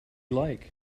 like